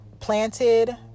Planted